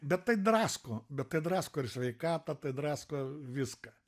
bet tai drasko bet tai drasko ir sveikatą tai drasko viską